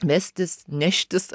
vestis neštis